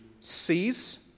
sees